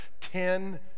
Ten